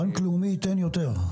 בנק לאומי ייתן יותר.